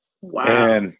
Wow